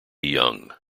young